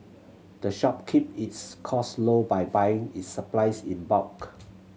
the shop keep its cost low by buying its supplies in bulk